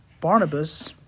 Barnabas